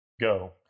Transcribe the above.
go